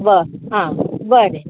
हां बरें